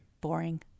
Boring